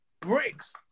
bricks